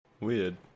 weird